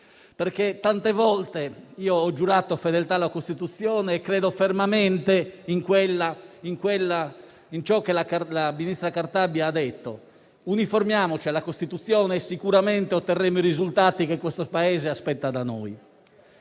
Tante volte ho giurato fedeltà alla Costituzione e credo fermamente in ciò che la ministra Cartabia ha detto: uniformiamoci alla Costituzione e sicuramente otterremo i risultati che questo Paese aspetta da noi.